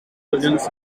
versions